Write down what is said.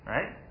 Right